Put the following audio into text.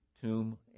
tomb